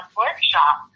workshop